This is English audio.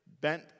bent